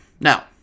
Now